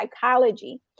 psychology